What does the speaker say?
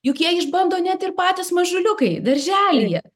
juk jie išbando net ir patys mažuliukai darželyje